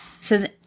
says